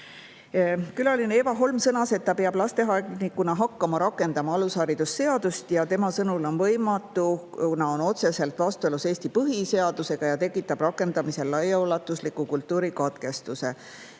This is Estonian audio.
Külaline Eeva Holm sõnas, et ta peab lasteaednikuna hakkama rakendama alusharidusseadust, ja tema sõnul on see võimatu, kuna on otseselt vastuolus Eesti põhiseadusega ja tekitab rakendamisel laiaulatusliku kultuurikatkestuse.